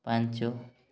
ପାଞ୍ଚ